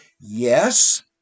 Yes